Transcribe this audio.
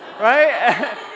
right